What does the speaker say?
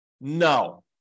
No